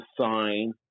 sign